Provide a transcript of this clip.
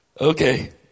Okay